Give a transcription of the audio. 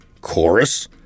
chorus